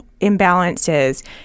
imbalances